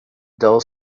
dull